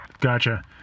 Gotcha